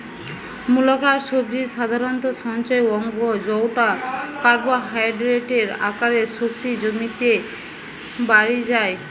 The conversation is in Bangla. মূলাকার সবজি সাধারণত সঞ্চয় অঙ্গ জউটা কার্বোহাইড্রেটের আকারে শক্তি জমিতে বাড়ি যায়